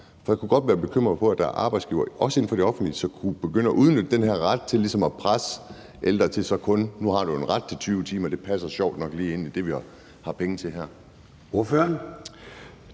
Jeg kan godt være bekymret for, at der er arbejdsgivere, også inden for det offentlige, som kunne begynde at udnytte den her ret til ligesom at presse de ældre og sige: Nu har du ret til 20 timer, og det passer sjovt nok lige ind i det, vi har penge til her.